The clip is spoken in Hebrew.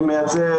אני מייצר